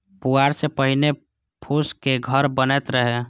पुआर सं पहिने फूसक घर बनैत रहै